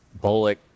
Bullock